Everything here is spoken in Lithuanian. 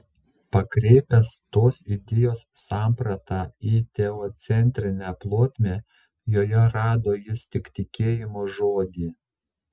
pakreipęs tos idėjos sampratą į teocentrinę plotmę joje rado jis tik tikėjimo žodį